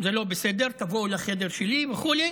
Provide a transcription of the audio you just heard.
זה לא בסדר, תבואו לחדר שלי וכו'.